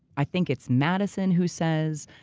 i think it's madison who says,